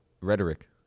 rhetoric